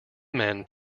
men